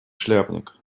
шляпник